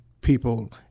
people